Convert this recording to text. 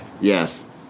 Yes